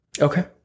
Okay